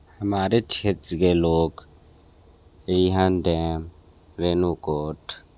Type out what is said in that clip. हमारे क्षेत्र के लोग रिहेन डेम रेणुकूट